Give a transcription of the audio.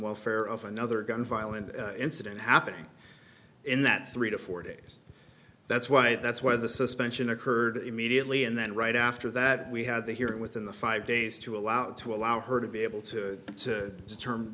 welfare of another gun violent incident happening in that three to four days that's why that's why the suspension occurred immediately and then right after that we had the hearing within the five days to allow to allow her to be able to determine